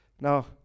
Now